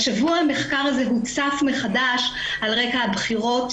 השבוע המחקר הזה הוצף מחדש על רקע הבחירות